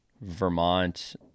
Vermont